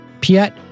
Piet